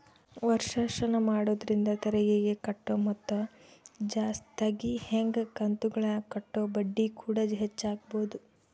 ವರ್ಷಾಶನ ಮಾಡೊದ್ರಿಂದ ತೆರಿಗೆಗೆ ಕಟ್ಟೊ ಮೊತ್ತ ಜಾಸ್ತಗಿ ಹಂಗೆ ಕಂತುಗುಳಗ ಕಟ್ಟೊ ಬಡ್ಡಿಕೂಡ ಹೆಚ್ಚಾಗಬೊದು